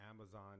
Amazon